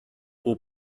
will